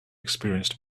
experienced